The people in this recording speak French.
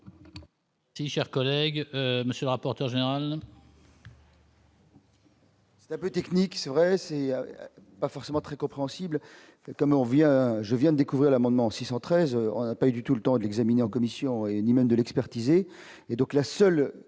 Chers collègues, monsieur le rapporteur général. C'est un peu technique, c'est vrai, c'est pas forcément très compréhensible, comme on vient je viens découvrir l'amendement 613 ans n'a pas du tout le temps d'examiner en commission et ni même de l'expertiser et donc la seule